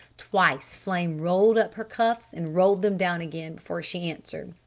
twice flame rolled up her cuffs and rolled them down again before she answered.